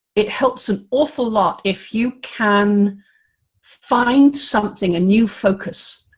it helps an awful lot, if you can find something, a new focus,